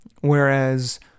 Whereas